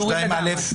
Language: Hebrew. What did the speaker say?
להוריד לגמרי?